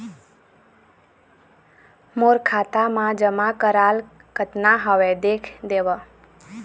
मोर खाता मा जमा कराल कतना हवे देख देव?